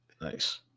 Nice